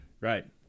right